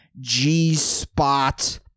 G-spot